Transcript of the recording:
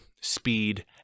speed